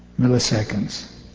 milliseconds